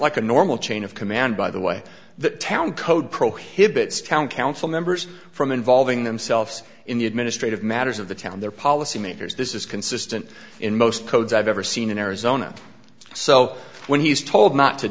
like a normal chain of command by the way that town code prohibits town council members from involving themselves in the administrative matters of the town their policy makers this is consistent in most codes i've ever seen in arizona so when he's told not to